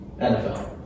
NFL